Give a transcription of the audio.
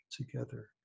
together